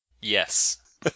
Yes